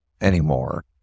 anymore